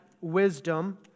wisdom